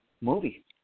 movie